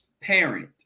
parent